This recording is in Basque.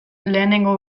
lehenengo